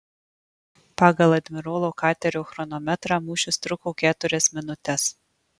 pagal admirolo katerio chronometrą mūšis truko keturias minutes